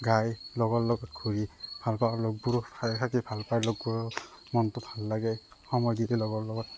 গাই লগৰ লগত ঘূৰি ভাল পাওঁ আৰু লগবোৰো ভালে থাকি ভাল পায় লগবোৰো মনটো ভাল লাগে সময় দি দি লগৰ লগত